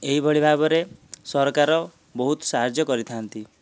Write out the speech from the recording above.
ଏହିଭଳି ଭାବେରେ ସରକାର ବହୁତ ସାହାଯ୍ୟ କରିଥାନ୍ତି